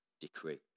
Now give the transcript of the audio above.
decree